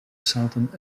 zaten